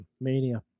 Mania